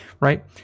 right